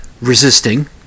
resisting